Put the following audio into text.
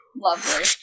Lovely